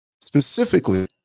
specifically